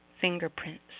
fingerprints